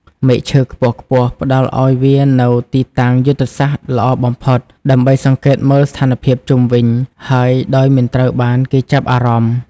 មែកឈើខ្ពស់ៗផ្តល់ឲ្យវានូវទីតាំងយុទ្ធសាស្ត្រល្អបំផុត ដើម្បីសង្កេតមើលស្ថានភាពជុំវិញ ហើយដោយមិនត្រូវបានគេចាប់អារម្មណ៍។